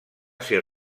ser